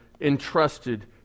entrusted